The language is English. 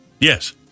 Yes